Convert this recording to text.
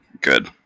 Good